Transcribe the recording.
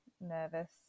nervous